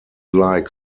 like